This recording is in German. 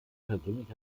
persönlich